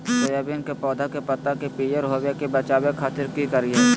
Soybean के पौधा के पत्ता के पियर होबे से बचावे खातिर की करिअई?